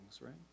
right